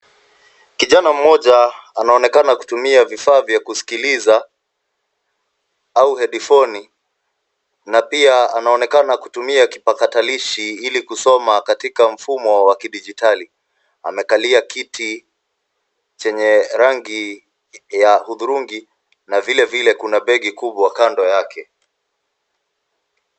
Kijana moja anaonekana kutumia vifaa vya kusikiliza au hedifoni na pia anaonekana kutumia kipakatalishi ili kusoma katika mfumo wa kidijitali. Amekalia kiti chenye rangi ya hudhurungi na vilevile kuna begi kubwa kando yake.